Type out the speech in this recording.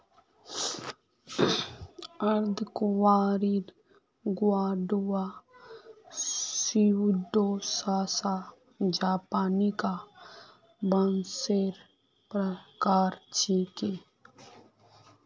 अर्धकुंवारी Guadua Pseudosasa japonica बांसेर प्रकार छिके